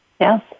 Yes